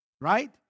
Right